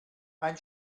ein